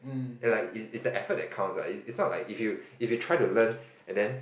and like is is the effort that counts lah is is not like if you if you try to learn and then